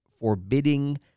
forbidding